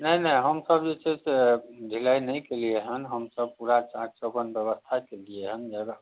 नहि नहि हमसब जे छै से ढिलाइ नहि केलिए हँ हमसब पूरा चाक चौबन्द बेबस्था केलिए हँ